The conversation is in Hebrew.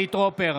חילי טרופר,